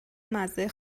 مزه